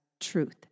truth